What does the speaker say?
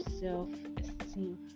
self-esteem